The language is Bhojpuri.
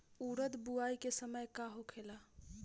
उरद बुआई के समय का होखेला?